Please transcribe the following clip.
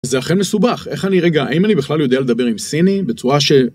זה אכן מסובך איך אני רגע האם אני בכלל יודע לדבר עם סיני בצורה ש.